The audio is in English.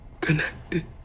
connected